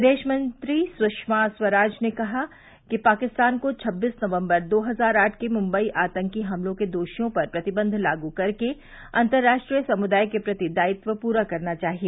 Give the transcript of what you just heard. विदेशमंत्री सुषमा स्वराज ने कहा है कि पाकिस्तान को छबीस नवम्बर दो हजार आठ के मुंबई आतंकी हमलों के दोषियों पर प्रतिबंध लागू करके अंतर्राष्ट्रीय समुदाय के प्रति दायित्व पूरा करना चाहिए